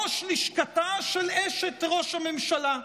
ראש לשכתה של אשת ראש הממשלה,